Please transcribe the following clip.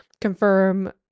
confirm